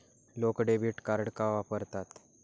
लोक debit card का वापरतात?